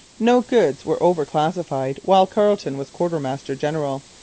no goods were over-classified while carleton was quartermaster-general.